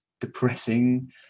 depressing